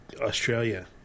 Australia